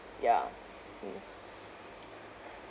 ya mm